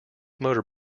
motor